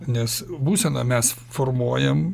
nes būseną mes formuojam